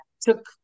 took